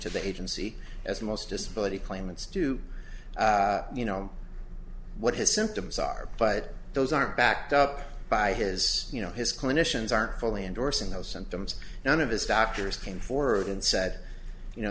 to the agency as most disability claimants do you know what his symptoms are but the those are backed up by his you know his clinicians aren't fully endorsing those symptoms none of his doctors came forward and said you know